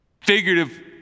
figurative